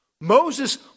Moses